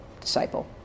disciple